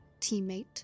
teammate